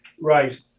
Right